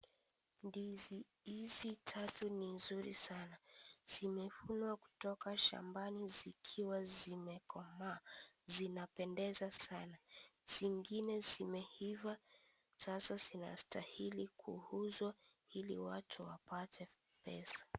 Ndizi hizi tatu ni nzuri sana. Zimevunwa kutoka shambani zikiwa zimekomaa, zinapendeza sana. Zingine zimeiva sasa zinastahili kuuzwa ili watu wapate pesa.